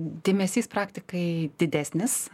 dėmesys praktikai didesnis